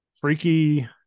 Freaky